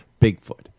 Bigfoot